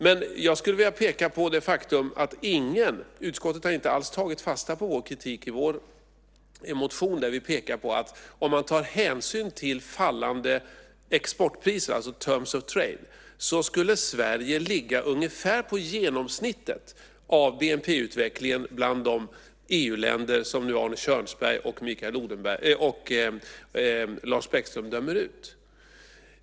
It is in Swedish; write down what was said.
Men jag skulle vilja peka på det faktum att utskottet inte alls har tagit fasta på vår kritik i vår motion, där vi pekar på att om man tar hänsyn till fallande exportpriser, alltså terms of trade , så skulle Sverige ligga ungefär på genomsnittet av bnp-utvecklingen bland de EU-länder som nu Arne Kjörnsberg och Lars Bäckström dömer ut.